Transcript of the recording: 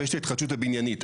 ויש את ההתחדשות הבניינית.